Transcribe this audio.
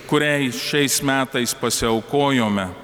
kuriai šiais metais pasiaukojome